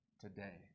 today